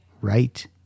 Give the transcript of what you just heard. right